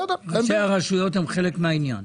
ראשי הרשויות הם חלק מהעניין.